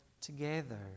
together